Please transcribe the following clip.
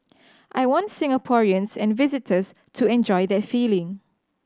I want Singaporeans and visitors to enjoy that feeling